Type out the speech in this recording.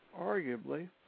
arguably